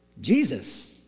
Jesus